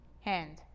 hand